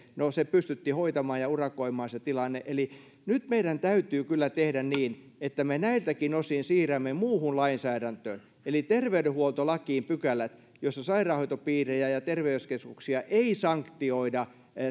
no se tilanne pystyttiin hoitamaan ja urakoimaan eli nyt meidän täytyy kyllä tehdä niin että me näiltäkin osin siirrämme muuhun lainsäädäntöön eli terveydenhuoltolakiin pykälät joissa sairaanhoitopiirejä ja ja terveyskeskuksia ei sanktioida